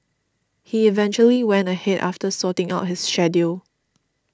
he eventually went ahead after sorting out his schedule